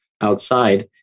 outside